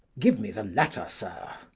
give me the letter, sir.